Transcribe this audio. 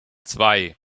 zwei